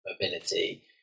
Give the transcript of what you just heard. mobility